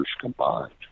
combined